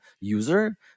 user